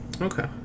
okay